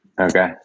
Okay